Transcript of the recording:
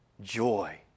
Joy